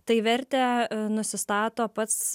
tai vertę nusistato pats